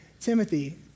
Timothy